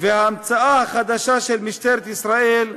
וההמצאה החדשה של משטרת ישראל,